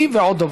היא, ועוד דובר.